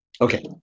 Okay